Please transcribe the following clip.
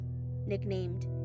nicknamed